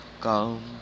Come